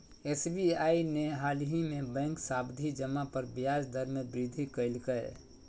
SBI ने हालही में बैंक सावधि जमा पर ब्याज दर में वृद्धि कइल्कय